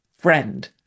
friend